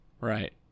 right